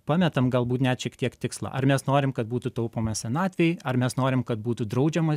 pametam galbūt net šiek tiek tikslą ar mes norime kad būtų taupoma senatvei ar mes norime kad būtų draudžiamas